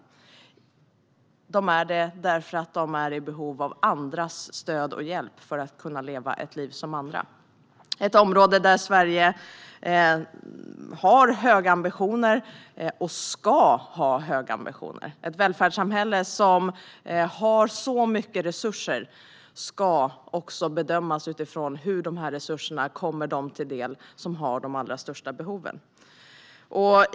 De är det därför att de är i behov av andras stöd och hjälp för att kunna leva ett liv som andra. Det är ett område där Sverige har höga ambitioner och ska ha höga ambitioner. Ett välfärdssamhälle som har så mycket resurser ska också bedömas utifrån hur de resurserna kommer dem till del som har de allra största behoven.